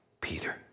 Peter